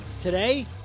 Today